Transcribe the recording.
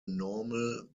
normal